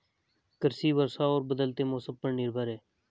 कृषि वर्षा और बदलते मौसम पर निर्भर है